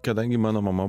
kadangi mano mama